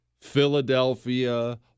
Philadelphia